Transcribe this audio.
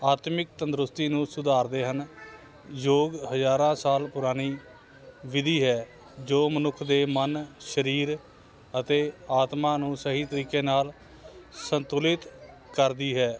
ਆਤਮਿਕ ਤੰਦਰੁਸਤੀ ਨੂੰ ਸੁਧਾਰਦੇ ਹਨ ਯੋਗ ਹਜ਼ਾਰਾਂ ਸਾਲ ਪੁਰਾਣੀ ਵਿਧੀ ਹੈ ਜੋ ਮਨੁੱਖ ਦੇ ਮਨ ਸਰੀਰ ਅਤੇ ਆਤਮਾ ਨੂੰ ਸਹੀ ਤਰੀਕੇ ਨਾਲ ਸੰਤੁਲਿਤ ਕਰਦੀ ਹੈ